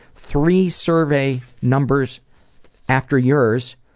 three survey numbers after yours,